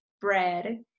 bread